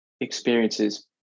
experiences